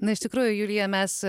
na iš tikrųjų julija mes